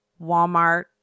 Walmart